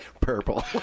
Purple